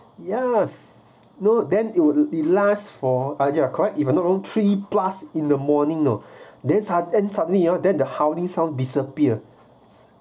yes no then it was the last for either correct if I not wrong three plus in the morning know then sud~ then suddenly you then the howling sound disappear